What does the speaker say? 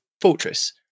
Fortress